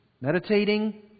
meditating